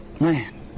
man